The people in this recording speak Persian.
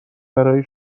برای